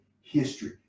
history